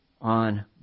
on